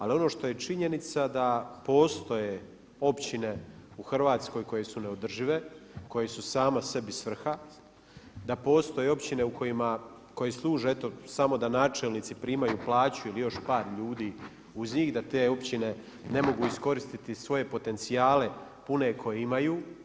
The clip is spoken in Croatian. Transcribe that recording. Ali, ono što je činjenica je da postoje općine u Hrvatskoj koje su neodržive, koje su sama sebi svrha, da postoje općine koje služe samo da načelnici primaju plaću i još par ljudi uz njih, da te općine ne mogu iskoristiti svoje potencijale pune koje imaju.